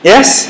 Yes